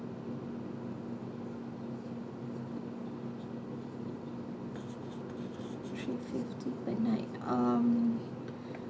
two fifty per night um